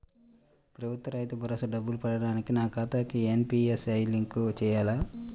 ప్రభుత్వ రైతు భరోసా డబ్బులు పడటానికి నా ఖాతాకి ఎన్.పీ.సి.ఐ లింక్ చేయాలా?